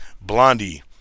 Blondie